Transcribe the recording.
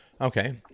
Okay